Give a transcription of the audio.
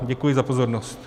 Děkuji za pozornost.